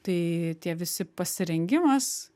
tai tie visi pasirengimas